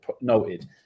noted